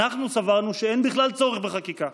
אנחנו סברנו שאין בכלל צורך בחקיקה.